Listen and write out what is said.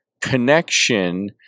connection